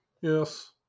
Yes